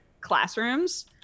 classrooms